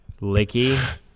Licky